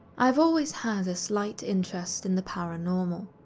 i have always had a slight interest in the paranormal,